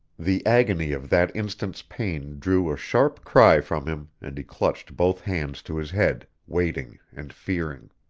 the agony of that instant's pain drew a sharp cry from him and he clutched both hands to his head, waiting and fearing.